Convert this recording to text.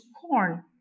corn